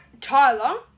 Tyler